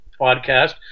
podcast